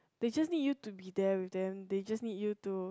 they just need you to be there with them they just need you to